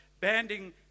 banding